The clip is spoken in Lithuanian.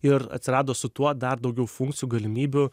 ir atsirado su tuo dar daugiau funkcijų galimybių